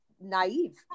naive